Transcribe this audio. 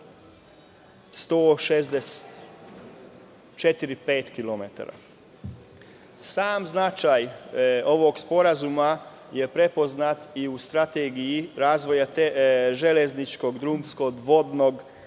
165 kilometara. Sam značaj ovog sporazuma je prepoznat i u Strategiji razvoja železničkog, drumskog, vodnog,